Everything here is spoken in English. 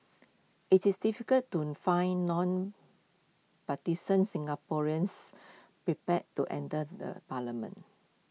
IT is difficult to find non partisan Singaporeans prepared to enter the parliament